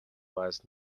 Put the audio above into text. was